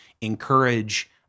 encourage